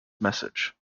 message